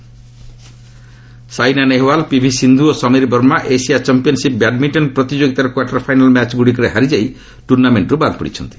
badminton Saina Nehwal PV Sindhu ଓ Sameer Verma Asia championship badminton ପ୍ରତିଯୋଗିତାର quarter final ମ୍ୟାଚ୍ଗୁଡ଼ିକରେ ହାରିଯାଇ ଟ୍ରର୍ଣ୍ଣାମେଣ୍ଟ୍ରର ବାଦ୍ ପଡ଼ିଛନ୍ତି